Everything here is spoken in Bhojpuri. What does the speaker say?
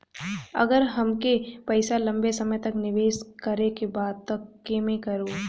अगर हमके पईसा लंबे समय तक निवेश करेके बा त केमें करों?